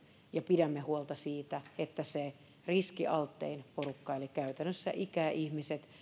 ja pidämme huolta siitä että se riskialttein porukka eli käytännössä ikäihmiset